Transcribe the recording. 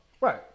Right